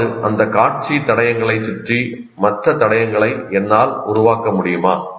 அதாவது அந்த காட்சி தடயங்களைச் சுற்றி மற்ற தடயங்களை என்னால் உருவாக்க முடியுமா